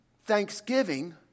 thanksgiving